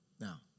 Now